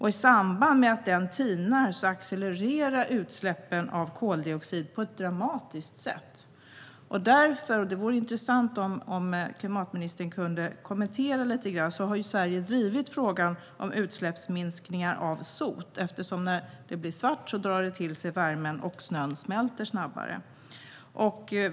I samband med att isen tinar accelererar utsläppen av koldioxid på ett dramatiskt sätt. Det vore intressant om klimatministern kunde kommentera detta lite grann. Sverige har drivit frågan om utsläppsminskningar av sot eftersom det drar till sig värme när det blir svart, och då smälter isen snabbare.